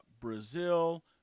Brazil